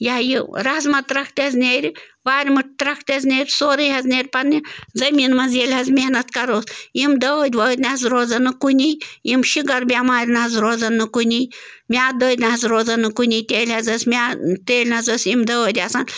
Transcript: یہِ ہہ یہِ رَزما ترٛکھ تہِ حظ نیرِ وارِ مُٹھ ترٛکھ تہِ حظ نیرِ سورٕے حظ نیرِ پنٛنہِ زٔمیٖن منٛز ییٚلہِ حظ محنت کَروُس یِم دٲدۍ وٲدۍ نہٕ حظ روزَن نہٕ کُنی یِم شُگَر بٮ۪مارِ نہٕ حظ روزَن نہٕ کُنی میٛادٕ دٲدۍ نہٕ حظ روزَن نہٕ کُنی تیٚلہٕ حظ ٲس میٛا تیٚلہِ نہٕ حظ یِم دٲدۍ آسان